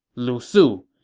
lu su,